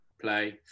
play